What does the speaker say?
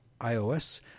iOS